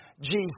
Jesus